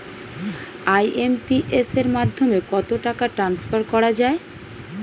IMPS এর মাধ্যমে কত টাকা ট্রান্সফার করা যায়?